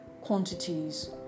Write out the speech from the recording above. quantities